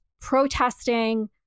protesting